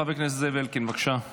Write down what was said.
חבר הכנסת זאב אלקין, בבקשה.